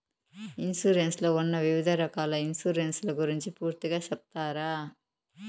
Insurance లో ఉన్న వివిధ రకాల ఇన్సూరెన్సు ల గురించి పూర్తిగా సెప్తారా?